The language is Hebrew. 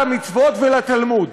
למצוות ולתלמוד.